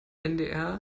ndr